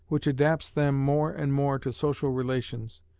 which adapts them more and more to social relations,